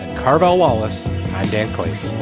carbo wallace. dark place.